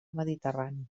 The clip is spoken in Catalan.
mediterrani